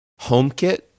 HomeKit